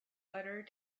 letter